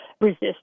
resist